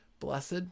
blessed